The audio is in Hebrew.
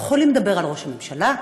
אנחנו יכולים לדבר על ראש הממשלה,